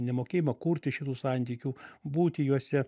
nemokėjimą kurti šitų santykių būti juose